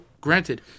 granted